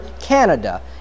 Canada